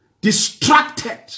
distracted